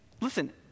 listen